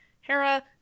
Hera